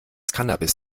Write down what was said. cannabis